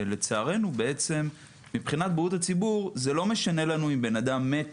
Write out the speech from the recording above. ולצערנו מבחינת בריאות הציבור זה לא משנה לנו אם אדם מת